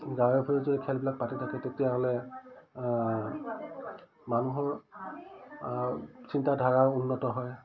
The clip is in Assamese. গাঁৱে ভূঁৱে যদি খেলবিলাক পাতি থাকে তেতিয়াহ'লে মানুহৰ চিন্তা ধাৰা উন্নত হয়